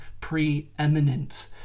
preeminent